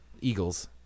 Eagles